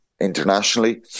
internationally